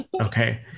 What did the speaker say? Okay